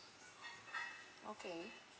okay